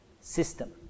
system